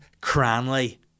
Cranley